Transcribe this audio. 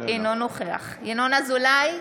אינו נוכח ינון אזולאי,